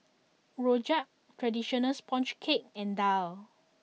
Rojak Traditional Sponge Cake and Daal